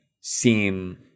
seem